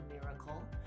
miracle